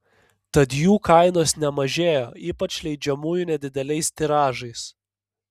tad jų kainos nemažėjo ypač leidžiamųjų nedideliais tiražais